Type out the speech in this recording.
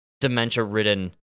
dementia-ridden